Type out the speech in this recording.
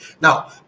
Now